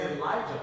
Elijah